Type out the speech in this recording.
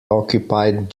occupied